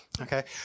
okay